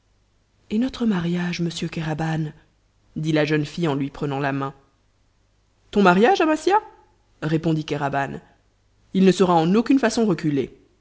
et notre mariage monsieur kéraban dit la jeune fille en lui prenant la main ton mariage amasia répondit kéraban il ne sera en aucune façon reculé